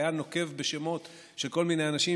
והיה נוקב בשמות של כל מיני אנשים,